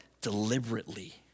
deliberately